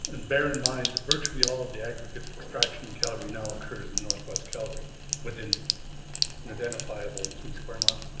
and bear in mind that virtually all of the aggregates extraction in calgary now occurs in northwest calgary within an identifiable few square miles,